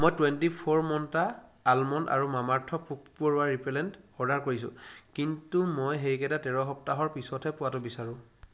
মই twenty four Mantra almond আৰু Mamaearth পোক পৰুৱা ৰিপেলেণ্ট অৰ্ডাৰ কৰিছোঁ কিন্তু মই সেইকেইটা তেৰ সপ্তাহৰ পিছতহে পোৱাটো বিচাৰোঁ